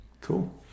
cool